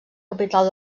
capital